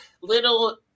little